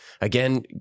Again